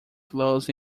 flows